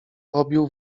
pobił